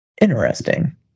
Interesting